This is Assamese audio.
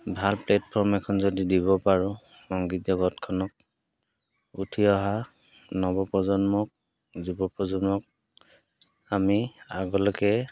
ভাল প্লেটফৰ্ম এখন যদি দিব পাৰোঁ সংগীত জগতখনক উঠি অহা নৱপ্ৰজন্মক যুৱপ্ৰজন্মক আমি আগলৈকে